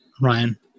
Ryan